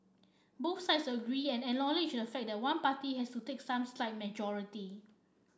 both sides agree and acknowledge the fact that one party has to take some slight majority